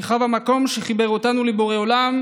נחרב המקום שחיבר אותנו לבורא עולם,